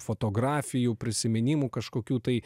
fotografijų prisiminimų kažkokių tai